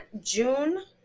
june